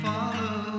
Follow